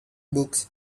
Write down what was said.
books